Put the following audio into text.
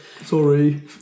Sorry